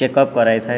checkup କରାଇଥାଏ